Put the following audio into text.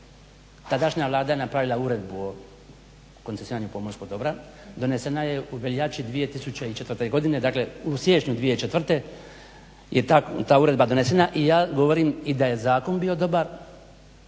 tadašnja Vlada je napravila Uredbu o koncesioniranju pomorskog dobra. Donesena je u veljači 2004. godine, dakle u siječnju 2004. je ta uredba donesena i ja govorim i da je zakon bio dobar,